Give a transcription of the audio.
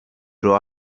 dro